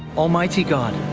almighty god.